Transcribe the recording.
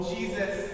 Jesus